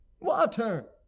water